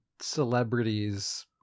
celebrities